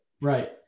Right